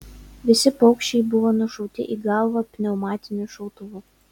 visi paukščiai buvo nušauti į galvą pneumatiniu šautuvu